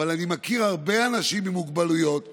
אבל אני מכיר הרבה אנשים עם מוגבלויות פיזיות,